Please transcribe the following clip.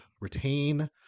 retain